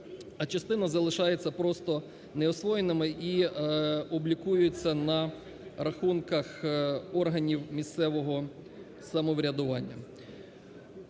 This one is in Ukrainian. а частина залишається просто неосвоєними і облікуються на рахунках органів місцевого самоврядування.